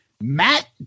Matt